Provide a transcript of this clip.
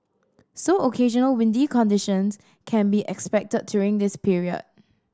so occasional windy conditions can be expected during this period